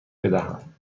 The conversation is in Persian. بدهم